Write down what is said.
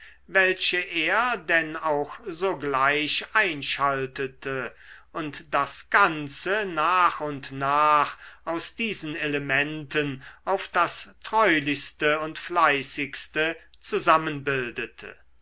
welche er denn auch sogleich einschaltete und das ganze nach und nach aus diesen elementen auf das treulichste und fleißigste zusammenbildete